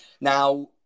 now